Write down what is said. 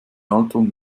alterung